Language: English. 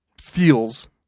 feels